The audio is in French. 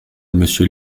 monsieur